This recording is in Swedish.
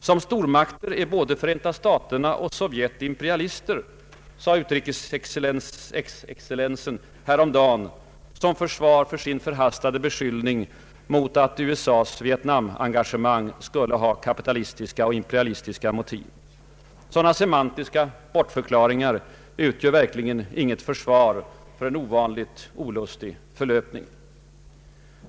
Som stormakter är både Förenta staterna och Sovjet imperialister — sade utrikes-exexcellensen häromdagen som försvar för sin ”förhastade” beskyllning att USA:s Vietnamengagemang skulle ha kapitalistiska och imperialistiska motiv. Sådana semantiska bortförklaringar utgör verkligen inget försvar för en ovanligt olustig förlöpning.